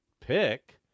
pick